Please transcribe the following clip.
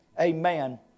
Amen